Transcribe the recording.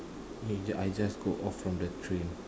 I j~ I just go off from the train